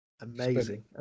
Amazing